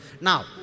Now